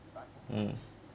mm